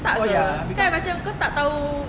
tak ke kan macam kau tak tahu